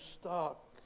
stuck